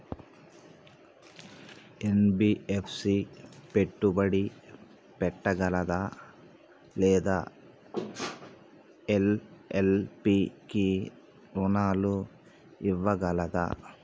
NBFC పెట్టుబడి పెట్టగలదా లేదా ఎల్.ఎల్.పి కి రుణాలు ఇవ్వగలదా?